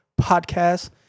Podcast